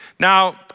Now